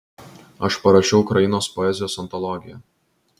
aš parašiau ukrainos poezijos antologiją